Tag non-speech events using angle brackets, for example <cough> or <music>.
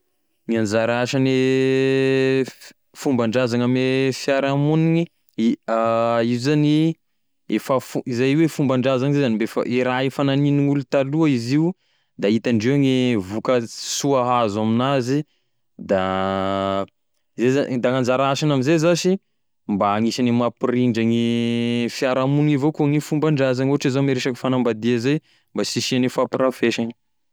Gne anzara asane <hesitation> fomban-drazany ame fiarahamogniny, i- <hesitation> izy io zany efa fom- zay hoe fomban-drazany zay zany da efa e raha efa gn'anign'olo taloha zany izy io da hitandreo gne vokasoa azo aminazy da <hesitation> izay zany, da gn'anzara asany amzay zashy mba agnisane mampirindra gne fiarahamogniny avao koa gne fombandrazany ohatry zao ame resaky fagnambadia zay mba sy hisiane fampirafesany.